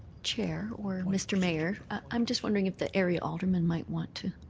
chair or mr. mayor, i'm just wondering if the area alderman might want to